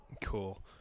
Cool